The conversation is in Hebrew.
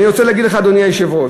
אני רוצה להגיד לך, אדוני היושב-ראש: